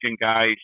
guys